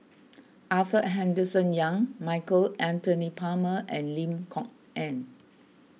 Arthur Henderson Young Michael Anthony Palmer and Lim Kok Ann